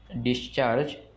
Discharge